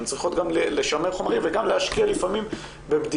הן צריכות גם לשמר חומרים וגם להשקיע לפעמים בבדיקות